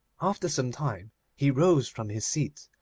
after some time he rose from his seat,